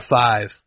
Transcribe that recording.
five